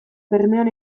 bermeon